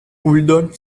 uldor